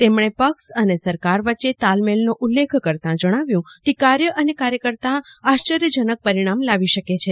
તેમણે પક્ષ અને સરકાર વચ્ચે તાલમેલનો ઉલ્લેખ કરતાં જણાવ્યું કે કાર્ચ અને કાર્યકર્તા આશ્ચર્ચજનક પરિણામ લાવી શકે છે